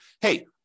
hey